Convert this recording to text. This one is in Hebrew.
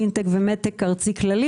פין טק ו- -- ארצי כללי.